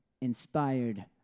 inspired